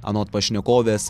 anot pašnekovės